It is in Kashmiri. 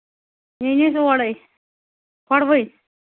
یہِ أنۍ اَسہِ اورَے کھۄڑٕ ؤنۍ